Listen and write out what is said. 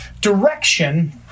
direction